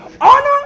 honor